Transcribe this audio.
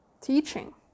teaching